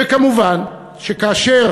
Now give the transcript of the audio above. וכמובן, כאשר